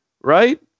right